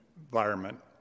environment